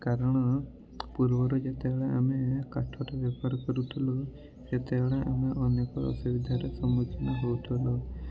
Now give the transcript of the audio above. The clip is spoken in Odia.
କାରଣ ପୂର୍ବରୁ ଯେତେବେଳେ ଆମେ କାଠର ବ୍ୟବହାର କରୁଥିଲୁ ସେତେବେଳେ ଆମେ ଅନେକ ଅସୁବିଧାରେ ସମ୍ମୁଖୀନ ହେଉଥିଲୁ